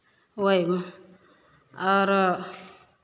ओहिमे औरो